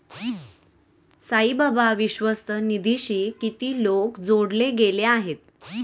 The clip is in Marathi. साईबाबा विश्वस्त निधीशी किती लोक जोडले गेले आहेत?